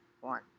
One